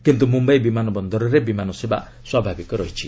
କିନ୍ତୁ ମୁମ୍ବାଇ ବିମାନ ବନ୍ଦରରେ ବିମାନ ସେବା ସ୍ୱାଭାବିକ ରହିଛି